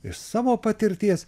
iš savo patirties